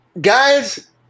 guys